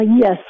Yes